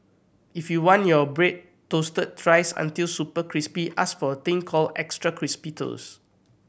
if you want your bread toasted thrice until super crispy ask for a thing called extra crispy toast